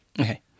Okay